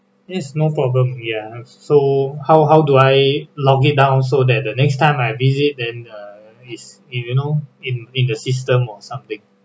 yes no problem we are so how how do I lock it down so that the next time I visit then err is it you know in in the system or something